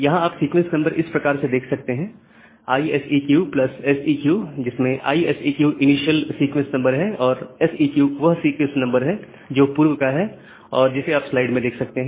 यहां आप sequence number इस प्रकार से देख सकते हैं ISEQSEQ जिसमें ISEQ इनिशियल सीक्वेंस नंबर है और SEQ वह सीक्वेंस नंबर है जो पूर्व का है और जिसे आप स्लाइड में देख सकते हैं